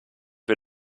wir